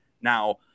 Now